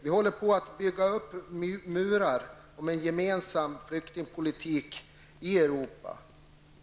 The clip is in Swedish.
Vi håller på att bygga upp murar om en gemensam flyktingpolitik i Europa.